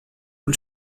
und